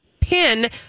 PIN